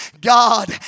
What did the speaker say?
God